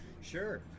Sure